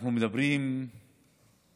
אנחנו מדברים ושומעים,